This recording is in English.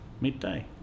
midday